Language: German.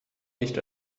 nicht